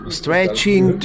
stretching